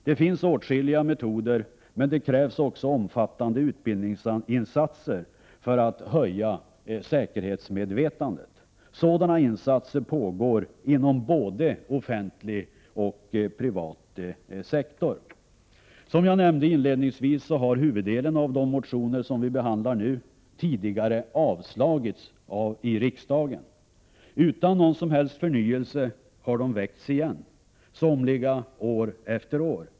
Det finns åtskilliga metoder, men det krävs också omfattande utbildningsinsatser för att höja säkerhetsmedvetandet. Sådana insatser pågår inom både offentlig och privat sektor. Som jag nämnde inledningsvis har huvuddelen av de motioner som vi behandlar i dag tidigare avslagits av riksdagen. Utan någon som helst förnyelse har de väckts igen, somliga år efter år.